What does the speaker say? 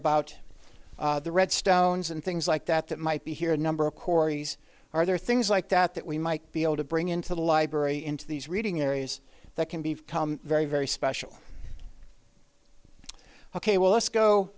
about the red stones and things like that that might be here a number of cory's are there things like that that we might be able to bring into the library into these reading areas that can be very very special ok well let's go